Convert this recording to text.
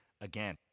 again